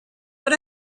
but